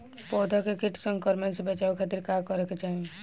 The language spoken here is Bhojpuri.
पौधा के कीट संक्रमण से बचावे खातिर का करे के चाहीं?